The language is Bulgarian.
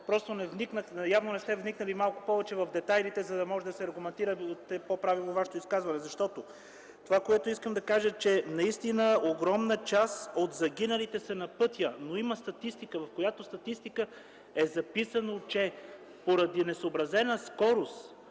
пътя. Явно не сте вникнали малко повече в детайлите, за да може да се аргументирате по-правилно във Вашето изказване. Това, което искам да кажа е, че наистина огромна част от загиналите са на пътя, но има статистика, в която статистика е записано, че поради несъобразена скорост